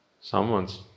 Someone's